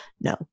No